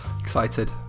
Excited